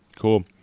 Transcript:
Cool